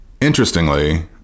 interestingly